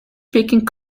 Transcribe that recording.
speaking